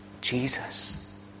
Jesus